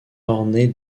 ornés